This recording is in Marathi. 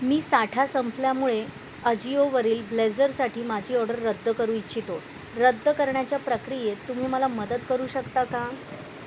मी साठा संपल्यामुळे अजिओवरील ब्लेझरसाठी माझी ऑर्डर रद्द करू इच्छितो रद्द करण्याच्या प्रक्रियेत तुम्ही मला मदत करू शकता का